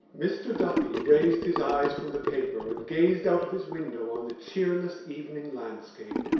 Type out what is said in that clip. mr. duffy raised his eyes from the paper and gazed out of his window on the cheerless evening landscape.